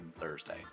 Thursday